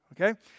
okay